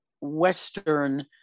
Western